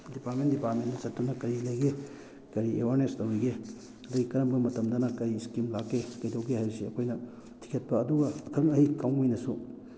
department department ꯆꯠꯇꯨꯅ ꯀꯔꯤ ꯂꯩꯒꯦ ꯀꯔꯤ ꯑꯦꯋꯥꯔꯅꯦꯁ ꯇꯧꯔꯤꯒꯦ ꯑꯗꯩ ꯀꯔꯝꯕ ꯃꯇꯝꯗꯅ ꯀꯔꯤ ꯏꯁꯀꯤꯝ ꯂꯥꯛꯀꯦ ꯀꯩꯗꯧꯒꯦ ꯍꯥꯏꯕꯁꯦ ꯑꯩꯈꯣꯏꯅ ꯊꯤꯒꯠꯄ ꯑꯗꯨꯒ ꯑꯈꯪ ꯑꯍꯩ ꯀꯥꯡꯕꯨꯅꯁꯨ